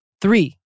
Three